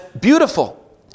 beautiful